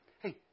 hey